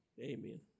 amen